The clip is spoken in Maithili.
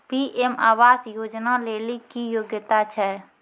पी.एम आवास योजना लेली की योग्यता छै?